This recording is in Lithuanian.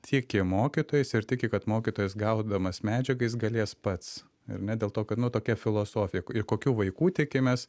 tiki mokytojais ir tiki kad mokytojas gaudamas medžiagą jis galės pats ar ne dėl to kad nu tokia filosofija ir kokių vaikų tikimės